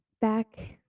back